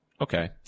okay